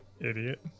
Idiot